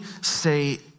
say